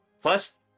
Plus